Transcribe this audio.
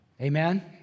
Amen